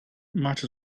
might